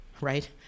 right